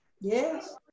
Yes